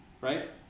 Right